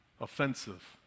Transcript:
offensive